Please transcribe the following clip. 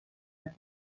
that